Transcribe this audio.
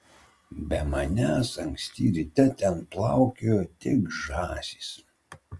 be manęs anksti ryte ten plaukiojo tik žąsys